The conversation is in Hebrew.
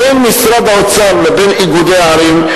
בין משרד האוצר לבין איגודי ערים,